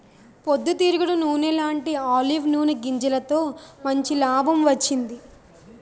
పొద్దు తిరుగుడు నూనెలాంటీ ఆలివ్ నూనె గింజలతో మంచి లాభం వచ్చింది